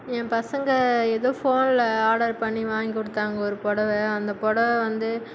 என் பசங்க எதோ ஃபோனில் ஆர்டர் பண்ணி வாங்கி கொடுத்தாங்க ஒரு புடவ அந்த புடவ வந்து